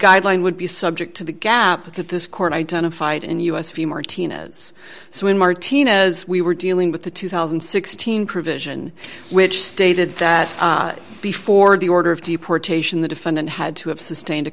guideline would be subject to the gap that this court identified and us view martinez so in martinez we were dealing with the two thousand and sixteen provision which stated that before the order of deportation the defendant had to have sustained a